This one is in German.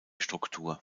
struktur